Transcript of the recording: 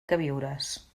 queviures